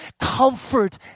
comfort